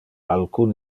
alcun